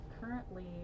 Currently